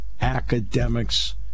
academics